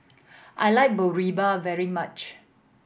I like Boribap very much